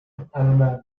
alabama